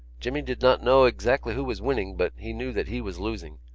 jimmy did not know exactly who was winning but he knew that he was losing.